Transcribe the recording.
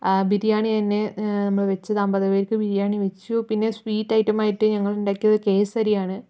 ബിരിയാണി തന്നെ നമ്മൾ വെച്ചത് അമ്പതു പേർക്ക് ബിരിയാണി വെച്ചു പിന്നെ സ്വീറ്റ് ഐറ്റം ആയിട്ട് ഞങ്ങൾ ഉണ്ടാക്കിയത് കേസരി ആണ്